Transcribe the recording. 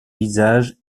visage